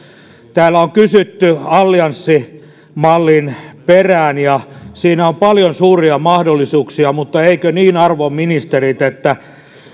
täällä on kysytty allianssimallin perään siinä on paljon suuria mahdollisuuksia mutta eikö niin arvon ministerit että